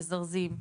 מזרזים דברים.